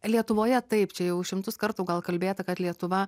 lietuvoje taip čia jau šimtus kartų gal kalbėta kad lietuva